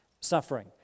suffering